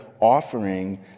offering